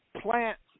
plants